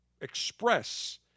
express